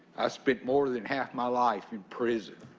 i spent more than half my life in prison.